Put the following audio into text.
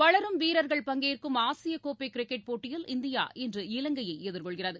வளரும் வீரர்கள் பங்கேற்கும் ஆசிய கோப்பை கிரிக்கெட் போட்டியில் இந்தியா இன்று இலங்கை அணியை எதிர்கொள்கிறது